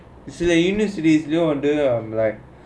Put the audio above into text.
you see the university still under um like